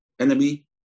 enemy